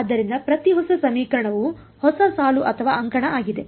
ಆದ್ದರಿಂದ ಪ್ರತಿ ಹೊಸ ಸಮೀಕರಣವು ಹೊಸ ಸಾಲು ಅಥವಾ ಅಂಕಣ ಆಗಿದೆ